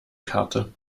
karte